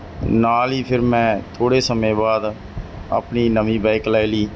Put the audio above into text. ਨਾਲ ਹੀ ਫਿਰ ਮੈਂ ਥੋੜ੍ਹੇ ਸਮੇਂ ਬਾਅਦ ਆਪਣੀ ਨਵੀਂ ਬਾਈਕ ਲੈ ਲਈ